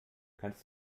kannst